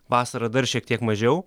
vasarą dar šiek tiek mažiau